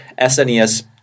SNES